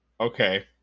okay